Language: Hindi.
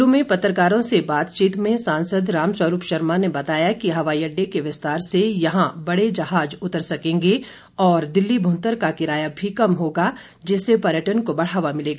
कुल्लू में पत्रकारों से बातचीत में सांसद रामस्वरूप शर्मा ने बताया कि हवाई अड्डे के विस्तार से यहां बड़े जहाज उतर सकेंगे और दिल्ली भुंतर का किराया भी कम होगा जिससे पर्यटन को बढ़ावा मिलेगा